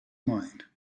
mind